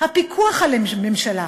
הפיקוח על הממשלה?